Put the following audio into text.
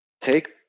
Take